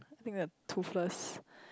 think the Toothless